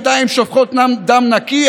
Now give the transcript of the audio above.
ידיים שופכות דם נקי,